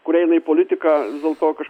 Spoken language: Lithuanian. kurie eina į politiką vis dėlto kažkaip